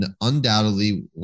undoubtedly